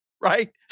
right